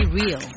real